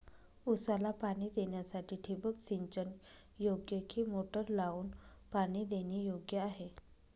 ऊसाला पाणी देण्यासाठी ठिबक सिंचन योग्य कि मोटर लावून पाणी देणे योग्य आहे?